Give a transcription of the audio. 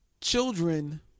children